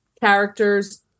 characters